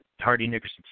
Hardy-Nickerson